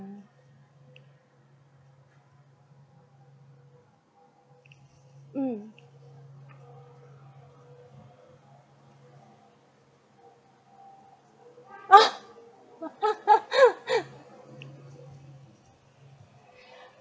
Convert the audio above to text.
mm !wah!